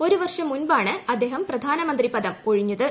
ഒരു വർഷം മുമ്പാണ് അദ്ദേഹം പ്രധാനമന്ത്രി പദമൊഴിഞ്ഞത്